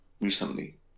recently